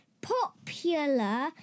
popular